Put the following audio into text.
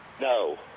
No